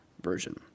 version